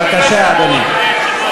בבקשה, אדוני.